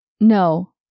No